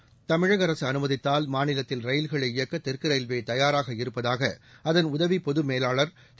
seconds தமிழக அரசு அனுமதித்தால் மாநிலத்தில் ரயில்களை இயக்க தெற்கு ரயில்வே தயாராக இருப்பதாக அதன் உதவிப் பொதுமேலாளர் திரு